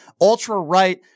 ultra-right